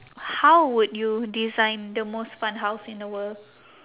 how would you design the most fun house in the world